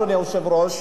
אדוני היושב-ראש,